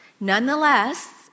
Nonetheless